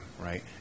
right